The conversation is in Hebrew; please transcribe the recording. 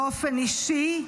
באופן אישי,